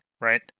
right